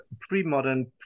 pre-modern